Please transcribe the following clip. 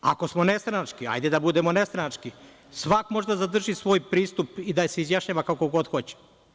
Ako smo nestranački hajde da budemo nestranački, svako može da zadrži svoj pristup i da se izjašnjava kako god hoće.